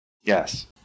Yes